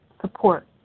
support